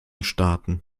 starten